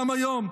גם היום,